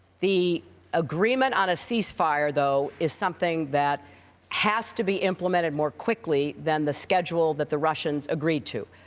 the agreement on a cease-fire, though, is something that has to be implemented more quickly than the schedule that the russians agreed to.